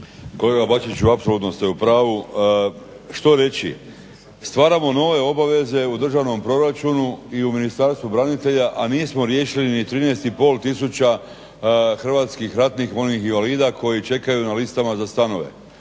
Kolega Bačiću, apsolutno ste u pravu. Što reći? Stvaramo nove obaveze u državnom proračunu i u Ministarstvu branitelja, a nismo riješili ni 13,5 tisuća HRVI-a koji čekaju na listama za stanove.